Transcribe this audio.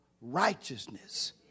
righteousness